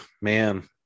man